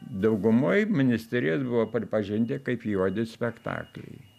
daugumoj ministerijos buvo pripažinti kaip juodi spektakliai